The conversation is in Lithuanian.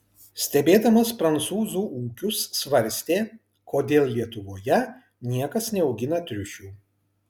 stebėdamas prancūzų ūkius svarstė kodėl lietuvoje niekas neaugina triušių